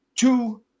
Two